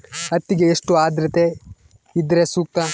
ಹತ್ತಿಗೆ ಎಷ್ಟು ಆದ್ರತೆ ಇದ್ರೆ ಸೂಕ್ತ?